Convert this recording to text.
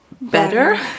better